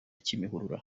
kimihurura